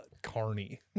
Carney